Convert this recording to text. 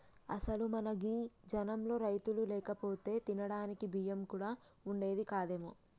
అసలు మన గీ జనంలో రైతులు లేకపోతే తినడానికి బియ్యం కూడా వుండేది కాదేమో